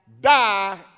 die